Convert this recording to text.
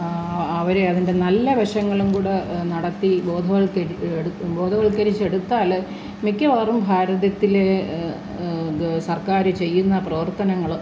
ആ അവരെ അതിൻ്റെ നല്ല വശങ്ങളും കൂടി നടത്തി ബോധവൽകരിച്ച് എടുക്കുമ്പോൾ ബോധവൽക്കരിച്ച് എടുത്താൽ മിക്കവാറും ഭാരതത്തിലെ ഇത് സർക്കാർ ചെയ്യുന്ന പ്രവർത്തനങ്ങൾ